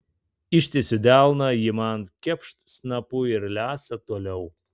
ištiesiu delną ji man kepšt snapu ir lesa toliau